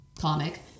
comic